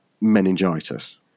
meningitis